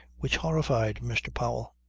which horrified mr. powell.